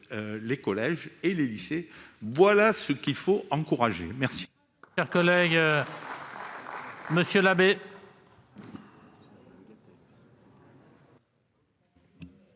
des collèges et des lycées. Voilà ce qu'il faut encourager !